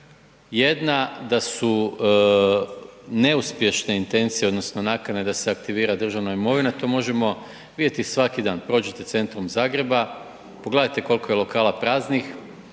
Jedna da su neuspješne intencije odnosno nakane da se aktivira državna imovina. To možemo vidjeti svaki dan, prođete centrom Zagreba, pogledajte koliko je lokala praznih,